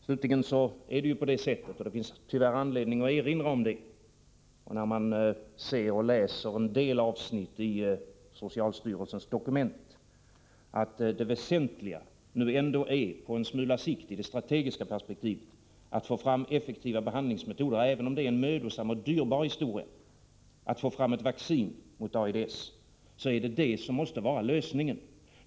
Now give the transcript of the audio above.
Slutligen är det på det sättet — det finns tyvärr anledning att erinra om det, när man ser och läser en del avsnitt i socialstyrelsens dokument — att det väsentliga nu ändå är att på en smula sikt i det strategiska perspektivet få fram effektiva behandlingsmetoder. Även om det är en mödosam och dyrbar historia att få fram ett vaccin mot AIDS, så är det det som måste vara lösningen.